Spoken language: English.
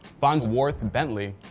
farnsworth bentley,